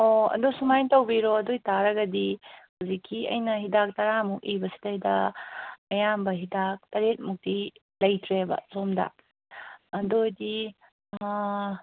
ꯑꯣ ꯑꯗꯨ ꯁꯨꯃꯥꯏ ꯇꯧꯕꯤꯔꯣ ꯑꯗꯨ ꯑꯣꯏꯕ ꯇꯥꯔꯒꯗꯤ ꯍꯧꯖꯤꯛꯀꯤ ꯑꯩꯅ ꯍꯤꯗꯥꯛ ꯇꯔꯥꯃꯨꯛ ꯏꯤꯕꯁꯤꯗ ꯑꯌꯥꯝꯕ ꯍꯤꯗꯥꯛ ꯇꯔꯦꯠꯃꯨꯛꯇꯤ ꯂꯩꯇ꯭ꯔꯦꯕ ꯁꯣꯝꯗ ꯑꯗꯨ ꯑꯣꯏꯔꯗꯤ